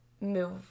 move